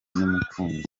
numukunzi